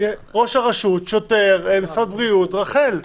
ראש הרשות, שוטר, משרד בריאות ורח"ל.